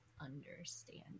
understand